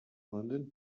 london